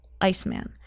Iceman